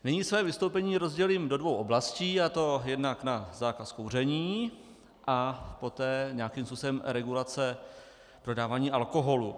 Nyní své vystoupení rozdělím do dvou oblastí, a to jednak na zákaz kouření a poté nějakým způsobem regulace dodávání alkoholu.